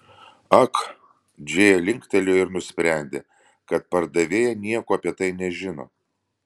ak džėja linktelėjo ir nusprendė kad pardavėja nieko apie tai nežino